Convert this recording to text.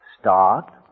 Start